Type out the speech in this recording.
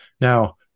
Now